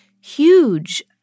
huge